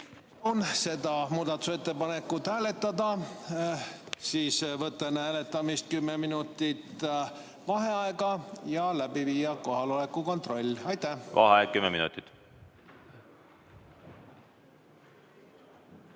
seda muudatusettepanekut hääletada, võtta enne hääletamist kümme minutit vaheaega ja läbi viia kohaloleku kontroll. Vaheaeg kümme minutit.V